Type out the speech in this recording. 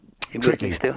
Tricky